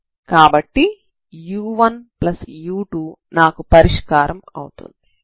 కాబట్టి u1u2 నాకు పరిష్కారం అవుతుంది